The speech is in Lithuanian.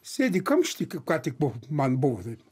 sėdi kamšty kaip ką tik buvo man buvo taip